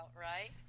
right